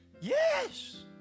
yes